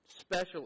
special